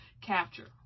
capture